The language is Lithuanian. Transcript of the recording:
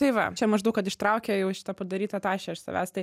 tai va čia maždaug kad ištraukė jau šitą padarytą tašę iš savęs tai